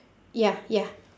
ya ya